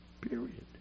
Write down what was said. Period